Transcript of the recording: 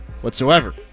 whatsoever